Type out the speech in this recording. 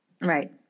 Right